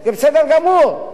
זה בסדר גמור.